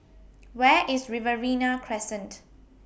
Where IS Riverina Crescent